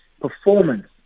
performance